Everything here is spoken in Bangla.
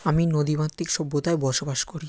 আমি নদীমাতৃক সভ্যতায় বসবাস করি